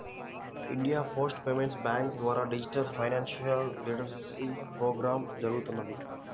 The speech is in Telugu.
ఇండియా పోస్ట్ పేమెంట్స్ బ్యాంక్ ద్వారా డిజిటల్ ఫైనాన్షియల్ లిటరసీప్రోగ్రామ్ జరుగుతున్నది